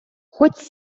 хоть